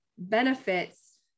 benefits